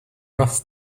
rough